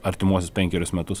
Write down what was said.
artimuosius penkerius metus